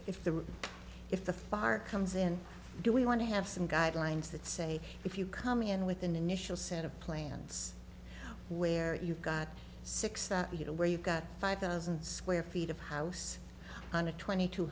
if the if the far comes in do we want to have some guidelines that say if you come in with an initial set of plans where you've got six that you know where you've got five thousand square feet of house on a twenty two